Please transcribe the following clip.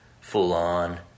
full-on